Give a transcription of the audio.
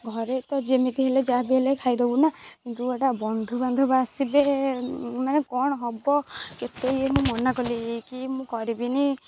ଘରେ ତ ଯେମିତି ହେଲେ ଯାହା ବି ହେଲେ ଖାଇ ଦବୁନା କିନ୍ତୁ ଏଇଟା ବନ୍ଧୁବାନ୍ଧବ ଆସିବେ ମାନେ କ'ଣ ହେବ କେତେ ଇଏ ମୁଁ ମନା କଲି କି ମୁଁ କରିବିନି